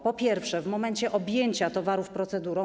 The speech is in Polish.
Po pierwsze, w momencie objęcia towarów procedurą.